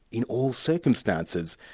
in all circumstances,